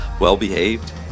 well-behaved